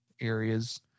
areas